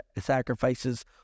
sacrifices